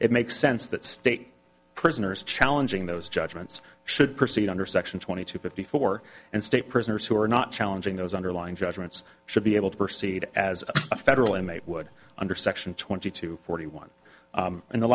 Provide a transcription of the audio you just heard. it makes sense that state prisoners challenging those judgments should proceed under section twenty two fifty four and state prisoners who are not challenging those underlying judgments should be able to proceed as a federal inmate would under section twenty two forty one